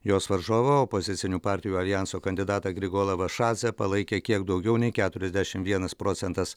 jos varžovo opozicinių partijų aljanso kandidatą griguolą vašadzę palaikė kiek daugiau nei keturiasdešimt vienas procentas